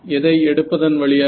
எதை எடுப்பதன் வழியாக